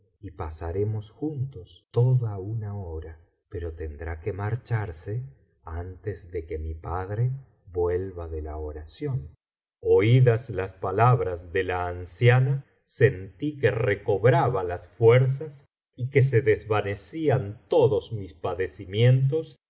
y pasaremos juntos toda una hora pero biblioteca valenciana generalitat valenciana historia del jorobado tendrá que marcharse antes de que mi padre vuel va de la oración oídas las palabras de la anciana sentí que recobraba las fuerzas y que se desvanecían todos mis padecimientos